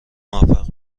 موفق